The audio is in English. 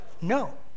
no